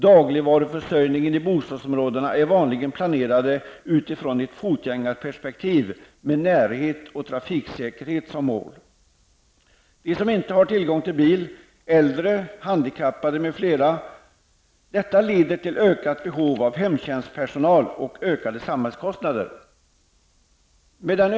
Dagligvaruförsörjningen i bostadsområdena är vanligen planerad ur ett fotgängarperspektiv med närhet och trafiksäkerhet som mål. De som inte har tillgång till bil, äldre, handikappade m.fl. ökar behovet av hemtjänstpersonal, med ökade samhällskostnader som följd.